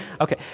okay